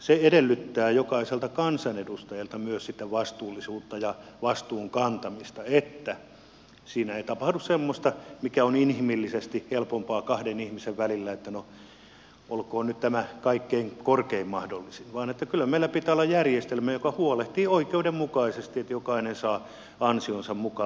se edellyttää jokaiselta kansanedustajalta myös sitten vastuullisuutta ja vastuun kantamista että siinä ei tapahdu semmoista mikä on inhimillisesti helpompaa kahden ihmisen välillä että no olkoon nyt tämä kaikkein korkein mahdollinen vaan kyllä meillä pitää olla järjestelmä joka huolehtii oikeudenmukaisesti että jokainen saa ansionsa mukaan